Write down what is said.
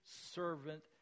servant